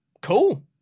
Cool